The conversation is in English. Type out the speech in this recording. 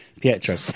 Pietro